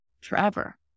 forever